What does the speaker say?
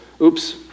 Oops